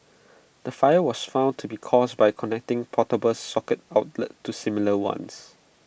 the fire was found to be caused by connecting portable socket outlets to similar ones